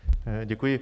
Děkuji.